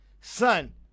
Son